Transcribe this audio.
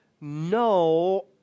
no